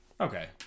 Okay